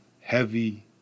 heavy